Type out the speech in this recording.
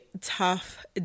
tough